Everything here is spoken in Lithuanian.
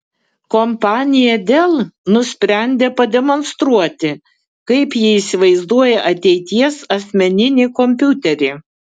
kompanija dell nusprendė pademonstruoti kaip ji įsivaizduoja ateities asmeninį kompiuterį